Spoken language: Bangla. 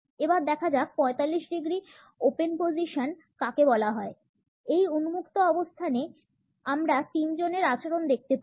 এবার দেখা যাক 45 ডিগ্রী ওপেন পজিশন কাকে বলা হয় এই উন্মুক্ত অবস্থানে আমরা তিনজনের আচরণ দেখতে পাই